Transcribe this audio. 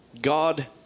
God